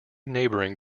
neighboring